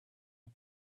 the